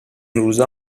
روزا